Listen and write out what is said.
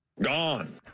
gone